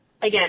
Again